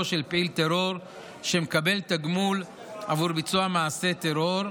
של פעיל טרור שמקבל תגמול עבור ביצוע מעשה טרור,